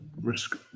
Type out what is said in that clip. risk